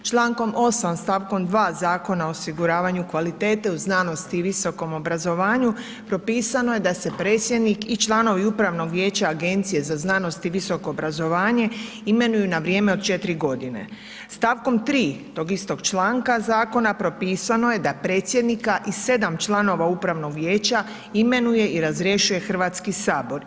Člankom 8. stavkom 2 Zakona o osiguravanju kvalitete u znanosti i visokom obrazovanju, propisano je da se predsjednik i članovi Upravnog vijeća Agencije za znanost i visoko obrazovanje imenuju na vrijeme od 4 g. Stavkom 3 tog istog članka zakona, propisano je da predsjednika i 7 članova Upravnog vijeća imenuje i razrješuje Hrvatski sabor.